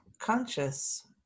Conscious